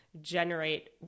generate